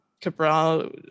Cabral